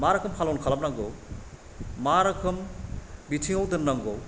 मा रोखोम फालन खालामनांगौ मा रोखोम बिथिंआव दोननांगौ